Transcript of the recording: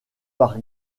par